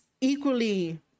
Equally